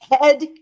Head